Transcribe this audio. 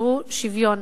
שיאפשרו שוויון.